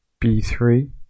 b3